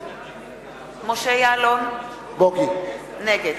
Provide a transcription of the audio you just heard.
יעלון, נגד